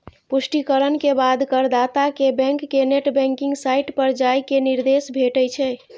पुष्टिकरण के बाद करदाता कें बैंक के नेट बैंकिंग साइट पर जाइ के निर्देश भेटै छै